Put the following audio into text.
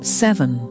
seven